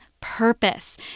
purpose